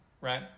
right